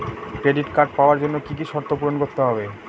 Credit card পাওয়ার জন্য কি কি শর্ত পূরণ করতে হবে?